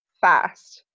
fast